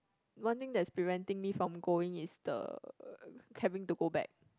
one thing that's preventing me from going is the having to go back